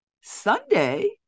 Sunday